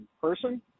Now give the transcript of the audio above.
person